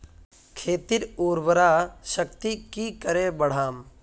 खेतीर उर्वरा शक्ति की करे बढ़ाम?